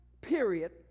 period